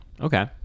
Okay